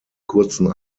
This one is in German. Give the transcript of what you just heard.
kurzen